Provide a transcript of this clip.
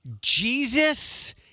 Jesus